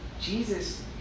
Jesus